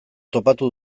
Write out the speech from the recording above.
topatu